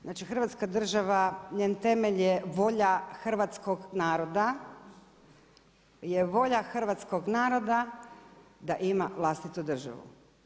Znači Hrvatska država, njen temelj je volja hrvatskog naroda, je volja hrvatskog naroda, da ima vlastitu državu.